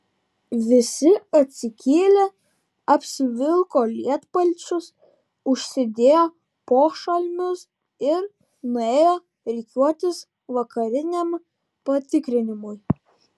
visi atsikėlė apsivilko lietpalčius užsidėjo pošalmius ir nuėjo rikiuotis vakariniam patikrinimui